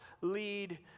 lead